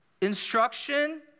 instruction